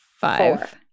Five